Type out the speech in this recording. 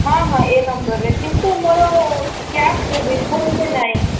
ହଁ ହଁ ଏଇ ନମ୍ବରରେ କିନ୍ତୁ ମୋର କ୍ୟାସ୍ ଦେବି ଫୋନପେ ନାହିଁ